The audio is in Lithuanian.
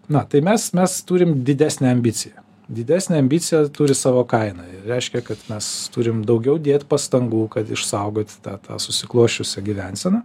na tai mes mes turim didesnę ambiciją didesnė ambicija turi savo kainą ir reiškia kad mes turim daugiau dėt pastangų kad išsaugot tą tą susiklosčiusią gyvenseną